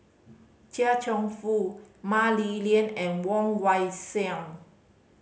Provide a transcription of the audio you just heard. Chia Cheong Fook Mah Li Lian and Woon Wah Siang